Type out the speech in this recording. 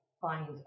find